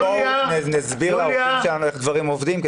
נסביר לאנשים איך דברים עובדים.